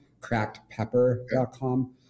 crackedpepper.com